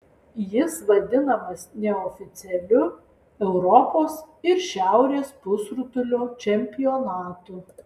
jis vadinamas neoficialiu europos ir šiaurės pusrutulio čempionatu